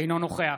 אינו נוכח